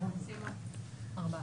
הצבעה בעד 4